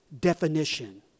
definition